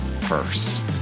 first